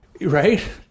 Right